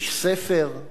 ספרים הרבה.